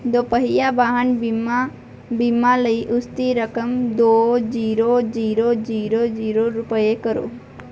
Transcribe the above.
ਦੋਪਹੀਆ ਵਾਹਨ ਬੀਮਾ ਬੀਮਾ ਲਈ ਉਸ ਦੀ ਰਕਮ ਦੋ ਜ਼ੀਰੋ ਜ਼ੀਰੋ ਜ਼ੀਰੋ ਜ਼ੀਰੋ ਰੁਪਏ ਕਰੋ